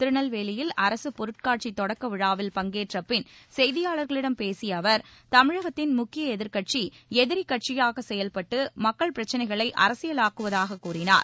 திருநெல்வேலியில் அரசு பொருட்காட்சி தொடக்க விழாவில் பங்கேற்ற பின் செய்தியாளர்களிடம் பேசிய அவர் தமிழகத்தின் முக்கிய எதிர்க்கட்சி எதிரிக் கட்சியாக செயல்பட்டு மக்கள் பிரச்னைகளை அரசியலாக்குவதாகக் கூறினார்